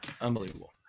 unbelievable